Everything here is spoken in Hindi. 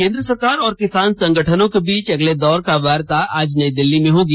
केंद्र सरकार और किसान संगठनों के बीच अगले दौर की वार्ता आज नई दिल्ली में होगी